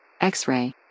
X-Ray